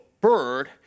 bird